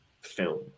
film